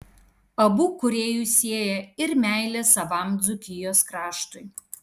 abu kūrėjus sieja ir meilė savam dzūkijos kraštui